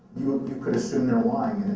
you could assume they're lying,